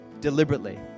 deliberately